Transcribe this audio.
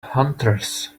hunters